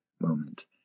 moment